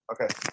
Okay